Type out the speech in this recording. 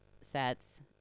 sets